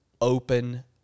open